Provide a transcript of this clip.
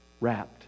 wrapped